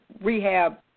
rehab